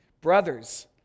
Brothers